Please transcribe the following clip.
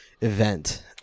event